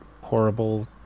horrible